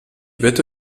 wette